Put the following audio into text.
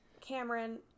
Cameron